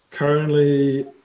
Currently